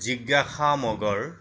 জিজ্ঞাসা মগৰ